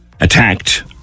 attacked